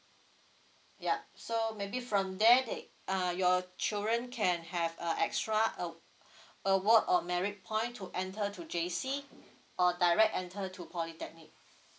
yup so maybe from there they err your children can have uh extra a~ award or merit point to enter to J_C or direct enter to polytechnic